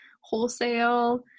wholesale